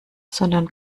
sondern